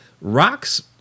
Rocks